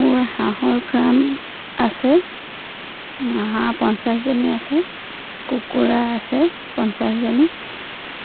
মোৰ হাঁহৰ ফ্ৰাম আছে হাঁহ পঞ্চাছজনী আছে কুকুৰা আছে পঞ্চাছজনী